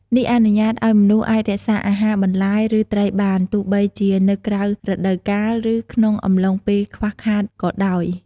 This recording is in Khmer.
នេះអនុញ្ញាតឲ្យមនុស្សអាចរក្សាអាហារបន្លែ ឬ ត្រីបាន ទោះបីជានៅក្រៅរដូវកាល ឬក្នុងអំឡុងពេលខ្វះខាតក៏ដោយ។